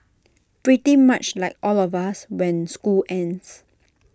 pretty much like all of us when school ends